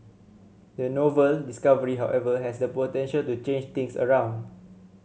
the novel discovery however has the potential to change things around